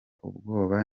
ubwoba